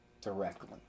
directly